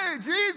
Jesus